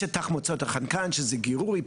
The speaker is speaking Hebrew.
יש את תחמוצות החנקן שזה גירוי,